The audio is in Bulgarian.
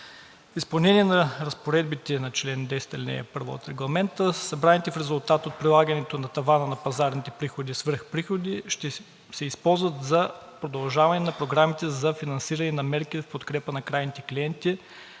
изпълнение на разпоредбите на чл. 10, ал. 1 от Регламента събраните в резултат от прилагането на тавана на пазарните приходи свръхприходи, ще се използват за продължаване на програмите за финансиране на мерки в подкрепа на крайните клиенти